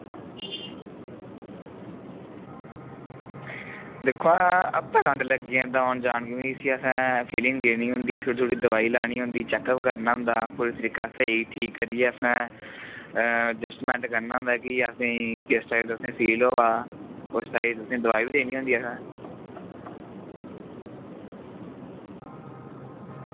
दिक्खो आं हफ्ता खंड लग्गी जंदा असें औन जान गी असें फीलिंग देनी होंदी थोह्ड़ी थोह्ड़ी दोआई देनी होंदी चेक अप करना होंदा कोई तरीका स्हेई ठीक करियै असें अडजस्टमेंट करना होंदा कि असें ई किस टाईप दा फील होआ दा उस टाईप दी दोआई बी देनी होंदी असें